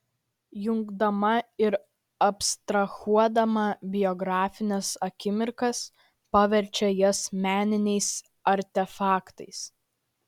jungdama ir abstrahuodama biografines akimirkas paverčia jas meniniais artefaktais